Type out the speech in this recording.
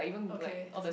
okay